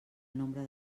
nombre